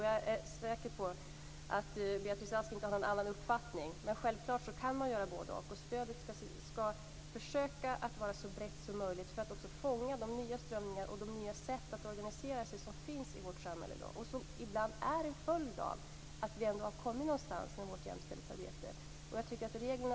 Jag tror att vi kan använda den mera så att vi får med oss nya människor i jämställdhetsarbetet, både kvinnor och män.